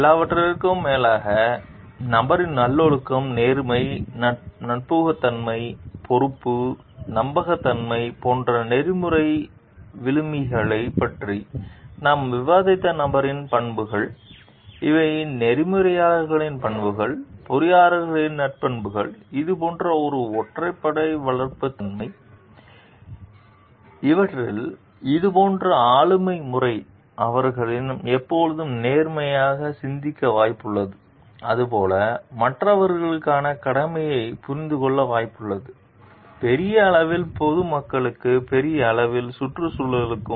எல்லாவற்றிற்கும் மேலாக நபரின் நல்லொழுக்கம் நேர்மை நம்பகத்தன்மை பொறுப்பு நம்பகத்தன்மை போன்ற நெறிமுறை விழுமியங்களைப் பற்றி நாம் விவாதித்த நபரின் பண்புகள் இவை பொறியாளர்களின் பண்புகள் பொறியியலாளர்களின் நற்பண்புகள் இது போன்ற ஒரு ஒருமைப்பாட்டை வளர்க்கும் தன்மை அவற்றில் இதுபோன்ற ஆளுமை முறை அவர்கள் எப்போதும் நேர்மறையாக சிந்திக்க வாய்ப்புள்ளது அது போல மற்றவர்களுக்கான கடமையைப் புரிந்துகொள்ள வாய்ப்புள்ளது பெரிய அளவில் பொதுமக்களுக்கு பெரிய அளவில் சுற்றுச்சூழலுக்கு